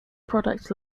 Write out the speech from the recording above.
product